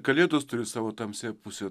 kalėdos turi savo tamsiąją pusę